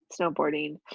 snowboarding